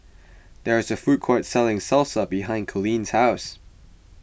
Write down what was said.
there is a food court selling Salsa behind Coleen's house